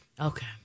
Okay